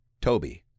Toby